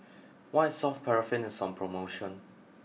White Soft Paraffin is on promotion